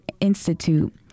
Institute